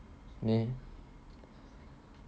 mm